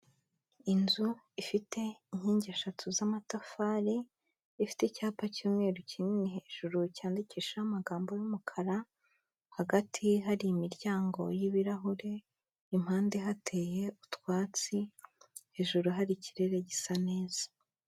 Inzu ifite inkingi eshatu z'amatafari, ifite icyapa cy'umweru kinini hejuru cyandikishijeho amagambo y'umukara, hagati hari imiryango y'ibirahure, impande hateye utwatsi, hejuru hari ikirere gisa neza.